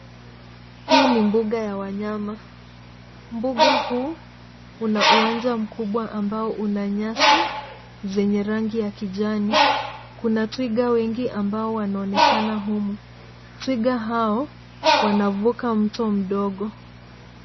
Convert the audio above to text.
Hii ni mbuga ya wanyama. Mbuga huu una uwanja mkubwa ambao una nyasi zenye rangi ya kijani. Kuna twiga wengi ambao wanaonekana humu. Twiga hao wanavuka mto mdogo.